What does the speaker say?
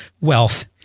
wealth